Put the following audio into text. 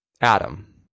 Adam